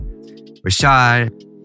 Rashad